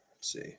see